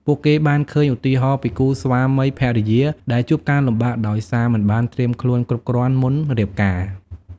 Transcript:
ពួកគេបានឃើញឧទាហរណ៍ពីគូស្វាមីភរិយាដែលជួបការលំបាកដោយសារមិនបានត្រៀមខ្លួនគ្រប់គ្រាន់មុនរៀបការ។